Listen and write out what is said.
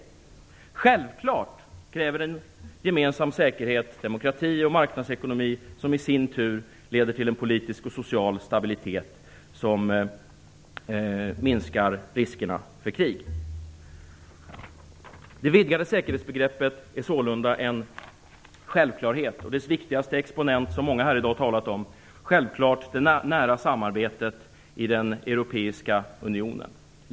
Självklart kräver en gemensam säkerhet demokrati och marknadsekonomi, vilket i sin tur leder till en politisk och social stabilitet som minskar riskerna för krig. Det vidgade säkerhetsbegreppet är sålunda en självklarhet, och dess viktigaste exponent, som många har talat om här i dag, är självklart det nära samarbetet i Europeiska unionen.